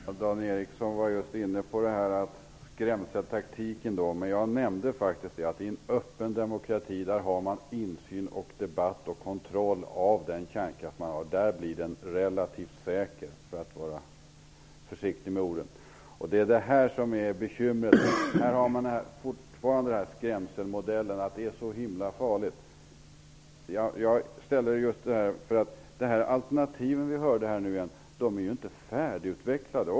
Herr talman! Dan Ericsson var just inne på skrämseltaktiken. Men jag nämnde faktiskt att man i en öppen demokrati har insyn, debatt och kontroll av kärnkraften. Där blir den relativt säker, för att vara försiktig med orden. Bekymret är att man fortfarande använder skrämselmodellen och påstår att kärnkraften är så himla farlig. De alternativ som redovisades nyss är inte färdigutvecklade.